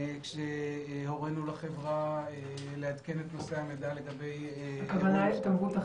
כאשר הורנו לחברה לעדכן את נושאי המידע לגבי האירוע.